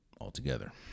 altogether